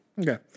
Okay